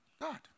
God